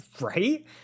right